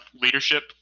leadership